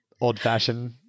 old-fashioned